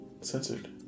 Censored